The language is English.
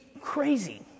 crazy